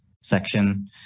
section